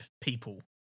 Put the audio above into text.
people